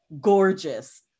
gorgeous